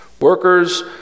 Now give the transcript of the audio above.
workers